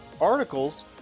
articles